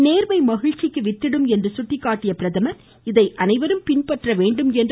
நேர்மை மகிழ்ச்சிக்கு வித்திடும் என்று குட்டிக்காட்டிய அவர் இதை அனைவரும் பின்பற்ற வேண்டும் என்றார்